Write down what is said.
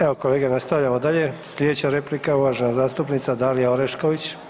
Evo kolege nastavljamo dalje, slijedeća replika uvažena zastupnica Dalija Orešković.